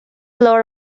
lower